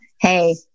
hey